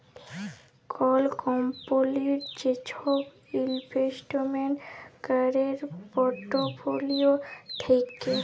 call কম্পলির যে সব ইলভেস্টমেন্ট ক্যরের পর্টফোলিও থাক্যে